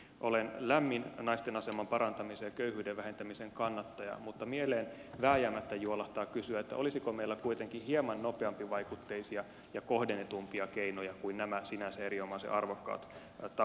kannatan lämpimästi naisten aseman parantamista ja köyhyyden vähentämistä mutta mieleen vääjäämättä juolahtaa kysyä olisiko meillä kuitenkin hieman nopeampivaikutteisia ja kohdennetumpia keinoja kuin nämä sinänsä erinomaisen arvokkaat tavoitteet